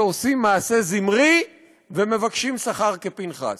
שעושים מעשה זמרי ומבקשים שכר כפינחס.